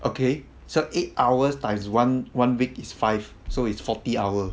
okay so eight hours times one one week is five so it's forty hour